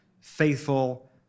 faithful